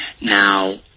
Now